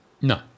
No